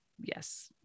yes